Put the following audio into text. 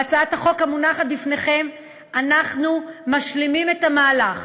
בהצעת החוק המונחת בפניכם אנחנו משלימים את המהלך